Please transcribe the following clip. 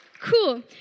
cool